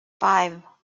five